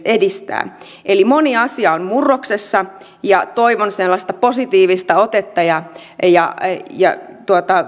edistää eli moni asia on murroksessa ja toivon sellaista positiivista otetta ja ja